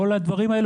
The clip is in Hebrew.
כל הדברים האלה